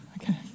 Okay